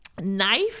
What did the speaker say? knife